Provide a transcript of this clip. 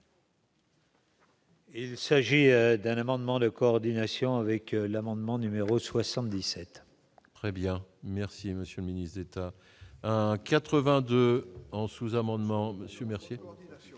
Il s'agit d'un amendement de coordination avec l'amendement numéro 77. Très bien, merci, monsieur le ministre d'État, 82 ans sous-amendements Monsieur Mercier,